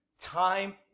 time